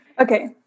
Okay